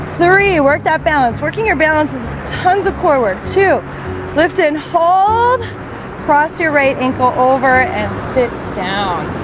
three work that balance working your balances tons of core work to lift and hold cross your right ankle over and sit down